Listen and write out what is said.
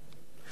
תכירו,